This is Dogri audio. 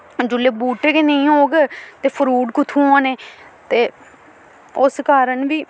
जेल्लै बूह्टे गै नेईं होग ते फ्रूट कु'त्थुआं होने ते उस कारण बी